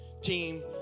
team